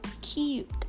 cute